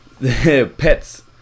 Pets